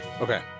Okay